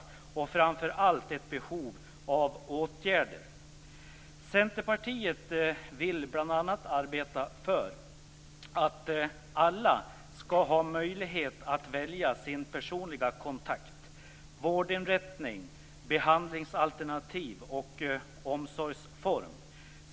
Framför allt har vi ett behov av åtgärder. Centerpartiet vill bl.a. arbeta för att alla skall ha möjlighet att välja personlig kontakt, vårdinrättning, behandlingsalternativ och omsorgsform.